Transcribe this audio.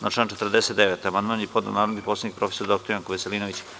Na član 49. amandman je podneo narodni poslanik prof. dr Janko Veselinović.